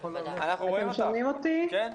כן.